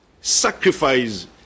sacrifice